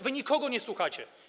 Wy nikogo nie słuchacie.